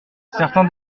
certains